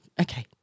okay